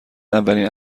اولین